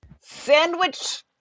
Sandwich